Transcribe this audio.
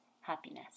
happiness